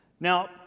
Now